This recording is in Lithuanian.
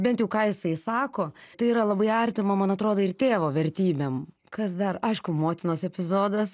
bent jau ką jisai sako tai yra labai artima man atrodo ir tėvo vertybėm kas dar aišku motinos epizodas